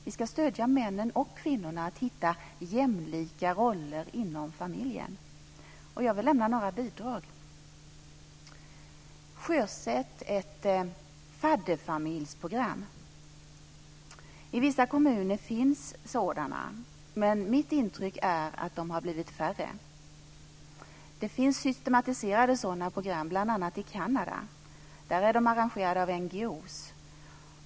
Vi ska stödja männen och kvinnorna att hitta jämlika roller inom familjen. Och jag vill lämna några bidrag. Sjösätt ett fadderfamiljsprogram! I vissa kommuner finns sådana, men mitt intryck är att de har blivit färre. Det finns systematiserade sådana program bl.a. i Kanada. Där är de arrangerade av NGO:er.